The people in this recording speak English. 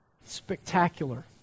spectacular